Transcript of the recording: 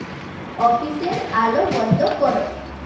অফিসের আলো বন্ধ করো